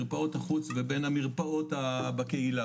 מרפאות החוץ ובין המרפאות בקהילה.